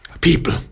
people